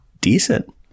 decent